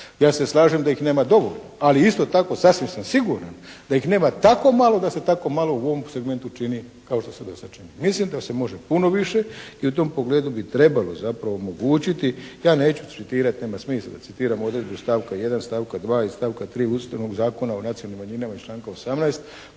Ja se slažem da ih nema dovoljno, ali isto tako sasvim sam siguran da ih nema tako malo da se tako malo u ovom segmentu čini kao što se do sad čini. Mislim da se može puno više i u tom pogledu bi trebalo zapravo omogućiti, ja neću citirati, nema smisla da citiram odredbu stavka 1., stavka 2. i stavka 3. Ustavnog zakona o nacionalnim manjinama iz članka 18.